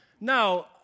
Now